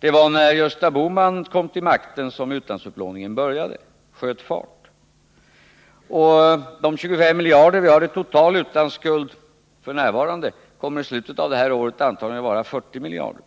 Det var när Gösta Bohman kom till makten som utlandsupplåningen sköt fart. De 25 miljarder som vi f. n. har i total utlandsskuld kommer i slutet av det här året antagligen att vara 40 miljarder.